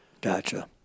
Gotcha